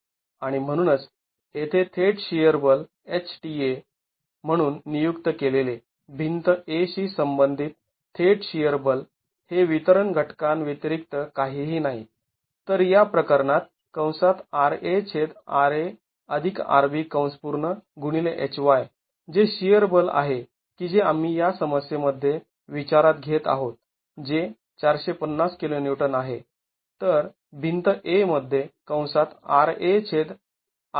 आणि म्हणूनच येथे थेट शिअर बल HDA म्हणून नियुक्त केलेले भिंत A शी संबंधित थेट शिअर बल हे वितरण घटकां व्यतिरिक्त काहीही नाही तर या प्रकरणात जे शिअर बल आहे की जे आम्ही या समस्येमध्ये विचारात घेत आहोत जे ४५० kN आहे